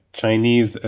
Chinese